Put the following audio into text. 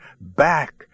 back